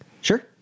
Sure